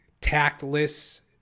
tactless